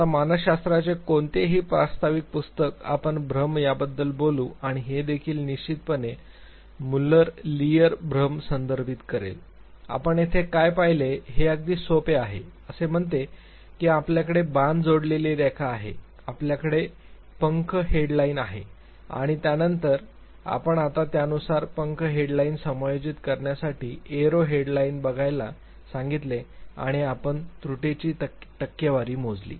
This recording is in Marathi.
आता मानसशास्त्राचे कोणतेही प्रास्ताविक पुस्तक आपण भ्रम याबद्दल बोलू आणि हे देखील निश्चितपणे मुल्लर लिअर भ्रम संदर्भित करेल आपण येथे काय पाहिले हे अगदी सोपे आहे असे म्हणते की आपल्याकडे बाण जोडलेली रेखा आहे आपल्याकडे पंख हेड लाईन आहे आणि त्यानंतर आपण आता त्यानुसार पंख हेड लाइन समायोजित करण्यासाठी एरो हेड लाइन बघायला सांगितले आणि आपण त्रुटीची टक्केवारी मोजा